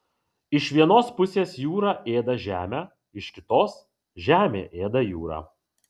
iš vienos pusės jūra ėda žemę iš kitos žemė ėda jūrą